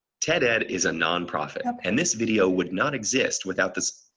ted-ed is a non-profit and this video would not exist without this.